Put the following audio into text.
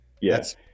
Yes